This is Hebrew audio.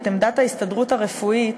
את עמדת ההסתדרות הרפואית,